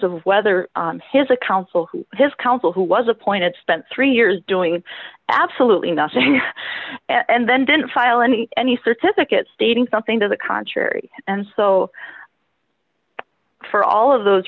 of whether his a counsel who his counsel who was appointed spent three years doing absolutely nothing and then didn't file any any certificate stating something to the contrary and so for all of those